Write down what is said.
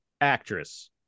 actress